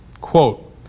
Quote